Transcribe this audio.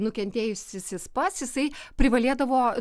nukentėjusysis pats jisai privalėdavo